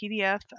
PDF